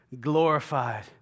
glorified